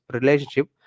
relationship